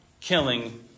killing